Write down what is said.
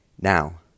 Now